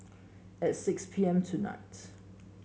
at six P M tonight